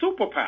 superpower